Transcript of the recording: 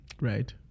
Right